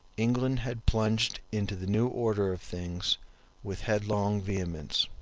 england had plunged into the new order of things with headlong vehemence.